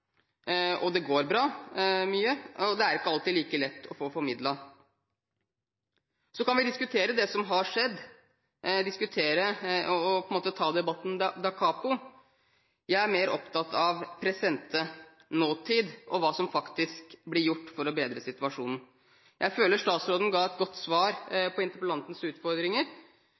og mye går bra. Det er det ikke alltid like lett å få formidlet. Så kan vi diskutere det som har skjedd, og på en måte ta debatten dakapo. Jeg er mer opptatt av «presente», nåtid, og hva som faktisk blir gjort for å bedre situasjonen. Jeg føler statsråden ga et godt svar på interpellantens utfordringer.